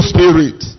Spirit